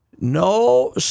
no